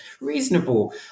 reasonable